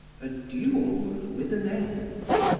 a duel with an end